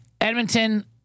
Edmonton